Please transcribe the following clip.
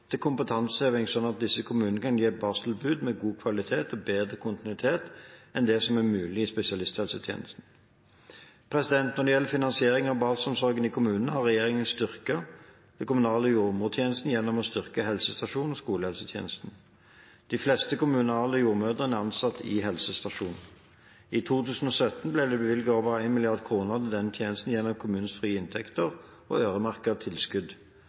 til kompetanseheving, slik at disse kommunene kan gi barseltilbud med god kvalitet og bedre kontinuitet enn det som er mulig i spesialisthelsetjenesten. Når det gjelder finansering av barselomsorgen i kommunene, har regjeringen styrket den kommunale jordmortjenesten gjennom å styrke helsestasjonen og skolehelsetjenesten. De fleste kommuner har alle jordmødrene ansatt i helsestasjonen. I 2017 ble det bevilget over 1 mrd. kr til denne tjenesten gjennom kommunenes frie inntekter og øremerkede tilskudd.